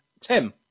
Tim